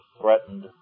Threatened